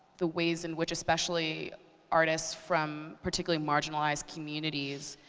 the ways in which, especially artists from particularly marginalized communities,